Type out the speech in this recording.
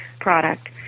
product